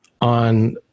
on